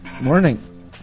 Morning